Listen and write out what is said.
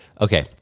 Okay